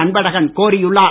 அன்பழகன் கோரியுள்ளார்